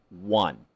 one